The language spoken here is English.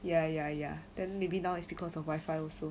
ya ya ya then maybe now is because of wifi also